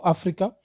Africa